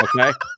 Okay